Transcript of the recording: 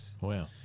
Wow